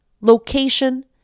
location